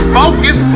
focus